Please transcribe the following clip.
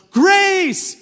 grace